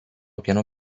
piano